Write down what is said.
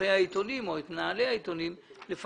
עורכי העיתונים או את מנהלי העיתונים לפרסם?